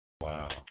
Wow